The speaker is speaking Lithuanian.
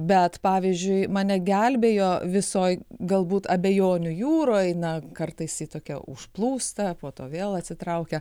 bet pavyzdžiui mane gelbėjo visoj galbūt abejonių jūroj na kartais ji tokia užplūsta po to vėl atsitraukia